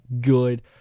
good